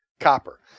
copper